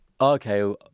okay